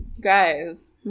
Guys